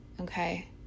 okay